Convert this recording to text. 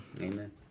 amen